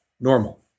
Normal